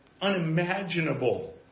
unimaginable